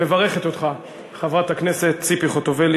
מברכת אותך חברת הכנסת ציפי חוטובלי.